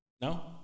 No